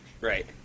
Right